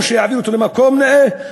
או שיעביר אותו למקום נאה,